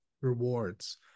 rewards